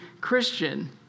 Christian